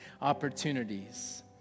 opportunities